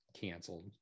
canceled